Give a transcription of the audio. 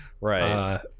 right